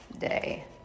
day